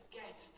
get